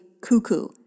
cuckoo